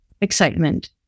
excitement